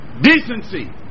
Decency